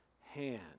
hand